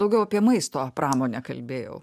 daugiau apie maisto pramonę kalbėjau